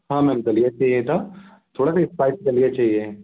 हाँ मैम दलिया चाहिए था थोड़ा सा इस्पाइसी दलिया चाहिए